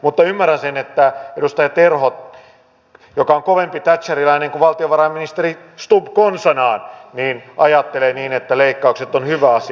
mutta ymmärrän sen että edustaja terho joka on kovempi thatcheriläinen kuin valtiovarainministeri stubb konsanaan ajattelee niin että leikkaukset ovat hyvä asia